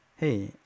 hey